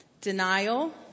denial